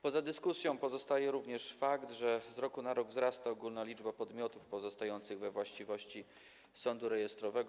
Poza dyskusją pozostaje również fakt, że z roku na rok wzrasta ogólna liczba podmiotów pozostających we właściwości sądu rejestrowego.